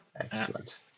Excellent